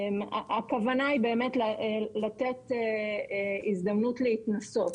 הכוונה היא באמת לתת הזדמנות להתנסות,